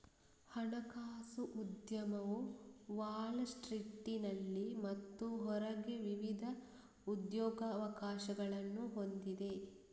ಹಣಕಾಸು ಉದ್ಯಮವು ವಾಲ್ ಸ್ಟ್ರೀಟಿನಲ್ಲಿ ಮತ್ತು ಹೊರಗೆ ವಿವಿಧ ಉದ್ಯೋಗಾವಕಾಶಗಳನ್ನು ಹೊಂದಿದೆ